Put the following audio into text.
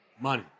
money